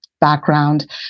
background